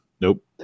Nope